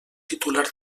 titular